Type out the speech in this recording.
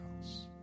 house